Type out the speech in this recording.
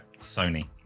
Sony